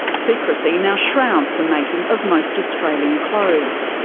secrecy now shrouds the making of most australian clothes.